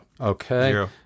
Okay